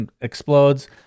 explodes